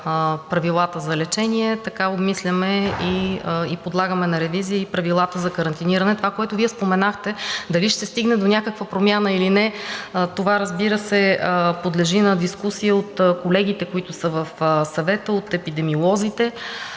правилата за лечение, така обмисляме и подлагаме на ревизия и правилата за карантиниране. Това, което Вие споменахте, дали ще се стигне до някаква промяна или не, разбира се, подлежи на дискусия от колегите, които са в Съвета, от епидемиолозите.